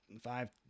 five